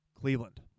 Cleveland